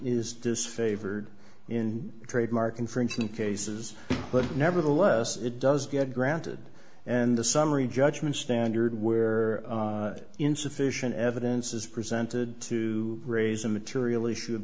disfavored in trademark infringement cases but nevertheless it does get granted and the summary judgment standard where insufficient evidence is presented to raise a material issue of